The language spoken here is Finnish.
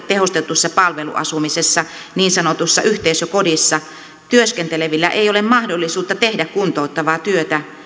tehostetussa palveluasumisessa niin sanotussa yhteisökodissa työskentelevillä ei ole mahdollisuutta tehdä kuntouttavaa työtä